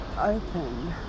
open